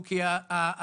כי הוא לא מסתכן בכלום,